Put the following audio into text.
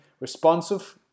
responsive